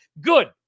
Good